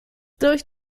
durch